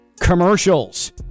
Commercials